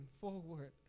forward